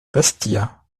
bastia